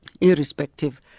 irrespective